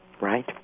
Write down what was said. Right